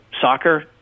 soccer